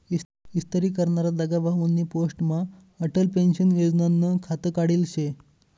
इस्तरी करनारा दगाभाउनी पोस्टमा अटल पेंशन योजनानं खातं काढेल शे